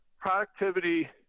productivity